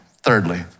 Thirdly